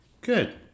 Good